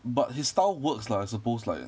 but his style works lah I suppose like